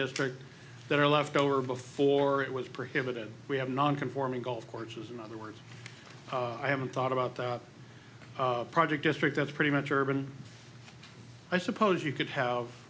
district that are left over before it was prohibited we have non conforming golf courses in other words i haven't thought about the project district that's pretty much urban i suppose you could have